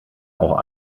auch